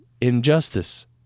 injustice